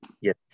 Yes